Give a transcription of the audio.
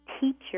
Teacher